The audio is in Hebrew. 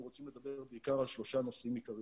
אנחנו רוצים לדבר בעיקר על שלושה נושאים עיקריים: